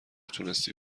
تونستی